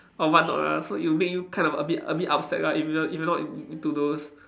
or what not ah so it'll make you kind of a bit a bit upset lah if you are if you are not in~ into those